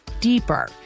deeper